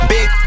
Big